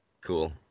cool